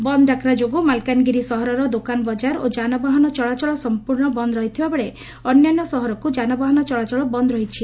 ବନ୍ଦର ଡାକରା ଯୋଗୁଁ ମାଲକାନଗିରି ସହରର ଦୋକାନ ବଜାର ଓ ଯାନବାହାନ ଚଳାଚଳ ସମ୍ମୂର୍ଶ୍ୱ ବନ୍ଦ ରହିଥିବାବେଳେ ଅନ୍ୟାନ୍ୟ ସହରକୁ ଯାନବାହାନ ଚଳାଚଳ ବଦ ରହିଛି